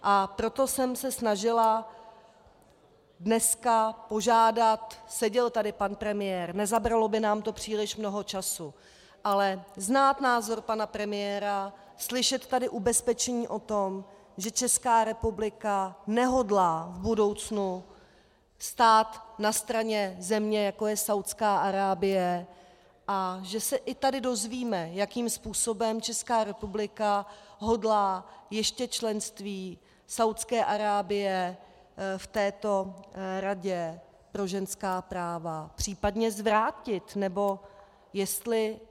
A proto jsem se snažila dneska požádat, seděl tady pan premiér, nezabralo by nám to příliš mnoho času, ale znát názor pana premiéra, slyšet tady ubezpečení o tom, že Česká republika nehodlá v budoucnu stát na straně země, jako je Saúdská Arábie, a že se i tady dozvíme, jakým způsobem Česká republika hodlá ještě členství Saúdské Arábie v této Radě pro ženská práva případně zvrátit, nebo jestli...